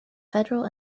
federal